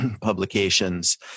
Publications